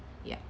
yup